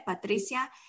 Patricia